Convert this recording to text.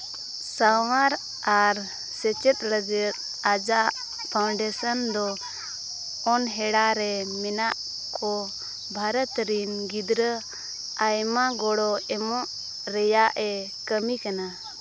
ᱥᱟᱶᱟᱨ ᱟᱨ ᱥᱮᱪᱮᱫ ᱞᱟᱹᱜᱤᱫ ᱟᱡᱟᱜ ᱯᱷᱟᱣᱩᱱᱰᱮᱥᱮᱱ ᱫᱚ ᱚᱱᱦᱮᱬᱟ ᱨᱮ ᱢᱮᱱᱟᱜ ᱠᱚ ᱵᱷᱟᱨᱚᱛ ᱨᱤᱱ ᱜᱤᱫᱽᱨᱟᱹ ᱟᱭᱢᱟ ᱜᱚᱲᱚ ᱮᱢᱚᱜ ᱨᱮᱭᱟᱜ ᱮ ᱠᱟᱹᱢᱤ ᱠᱟᱱᱟ